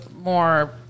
more